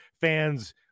fans